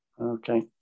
Okay